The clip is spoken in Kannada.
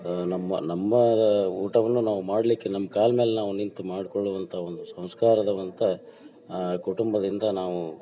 ನಮ್ಮ ನಮ್ಮ ಊಟವನ್ನು ನಾವು ಮಾಡಲಿಕ್ಕೆ ನಮ್ಮ ಕಾಲ ಮೇಲೆ ನಾವು ನಿಂತು ಮಾಡಿಕೊಳ್ಳುವಂಥ ಒಂದು ಸಂಸ್ಕಾರವಂತ ಕುಟುಂಬದಿಂದ ನಾವು